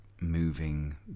moving